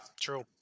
True